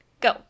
go